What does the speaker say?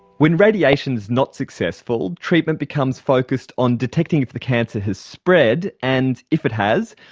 when radiation is not successful, treatment becomes focused on detecting if the cancer has spread and, if it has,